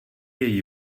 její